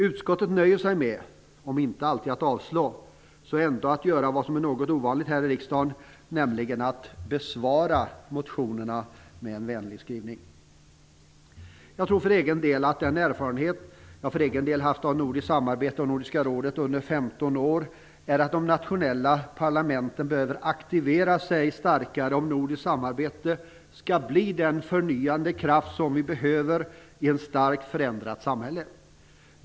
Utskottet nöjer sig med att, om inte alltid avstyrka, så göra vad som är något ovanligt här i riksdagen, nämligen att Jag tror för egen del, med den erfarenhet jag har från nordiskt samarbete och Nordiska rådet under 15 år, att de nationella parlamenten behöver aktivera sig och bli starkare, om nordiskt samarbete skall bli den förnyande kraft som vi behöver i ett starkt förändrat samhälle.